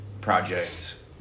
projects